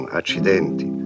accidenti